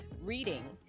reading